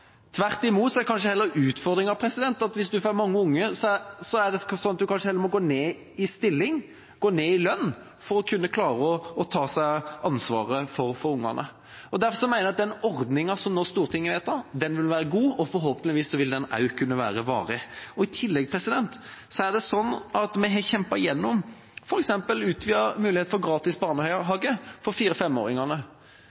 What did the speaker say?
Tvert imot er kanskje heller utfordringa at hvis du har mange barn, må du gå ned i stilling og ned i lønn for å kunne klare å ta deg av barna. Derfor mener jeg den ordninga som Stortinget nå vedtar, vil være god, og forhåpentligvis vil den også kunne være varig. I tillegg har vi kjempet igjennom f.eks. utvidet mulighet for gratis